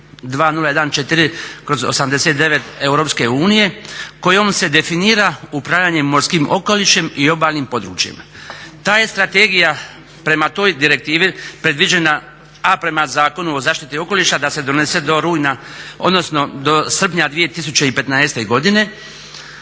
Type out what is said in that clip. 2014/89 EU kojom se definira upravljanje morskim okolišem i obalnim područjima. Ta je strategija, prema toj direktivi predviđena, a prema Zakonu o zaštiti okoliša da se donese do rujna,